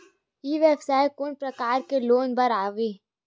ई व्यवसाय कोन प्रकार के लोग बर आवे?